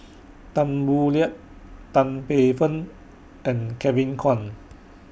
Tan Boo Liat Tan Paey Fern and Kevin Kwan